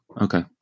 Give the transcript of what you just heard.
okay